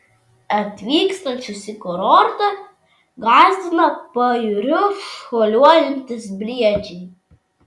atvykstančius į kurortą gąsdina pajūriu šuoliuojantys briedžiai